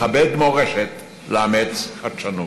לכבד מורשת, לאמץ חדשנות,